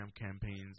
campaigns